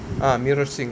ah